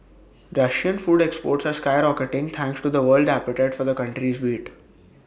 Russian food exports are skyrocketing thanks to the world's appetite for the country's wheat